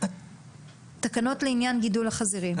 התקנות לעניין גידול החזירים.